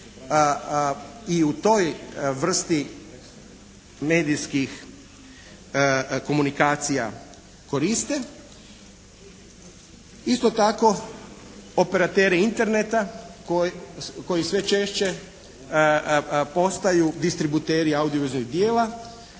i u toj vrsti medijskih komunikacija koriste. Isto tako operateri Interneta koji sve češće postaju distributeri audio-vizualnih djela